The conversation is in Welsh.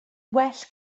well